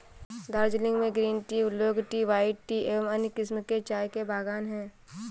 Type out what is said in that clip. दार्जिलिंग में green tea, oolong tea, white tea एवं अन्य किस्म के चाय के बागान हैं